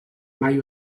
mai